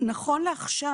נכון לעכשיו,